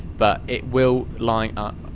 but it will line up,